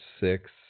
six